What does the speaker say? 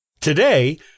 Today